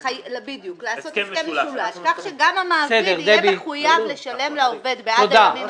לעשות הסכם משולש כך שגם המעביד יהיה מחויב לשלם לעובד בעד הימים